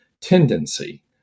tendency